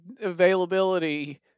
availability